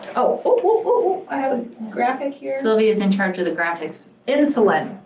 oh, ooh ooh, ooh, ooh, i have a graphic here. sylvia's in charge of the graphics. insulin.